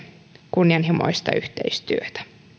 kunnianhimoista yhteistyötä